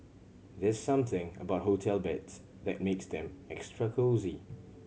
there's something about hotel beds that makes them extra cosy